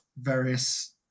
various